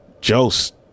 Jost